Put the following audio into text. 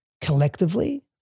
collectively